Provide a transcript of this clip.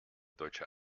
deutscher